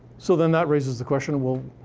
so then, that raises the question, well,